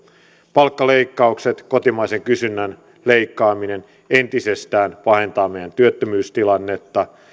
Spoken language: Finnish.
palkkaleikkaukset kotimaisen kysynnän leikkaaminen entisestään pahentavat meidän työttömyystilannetta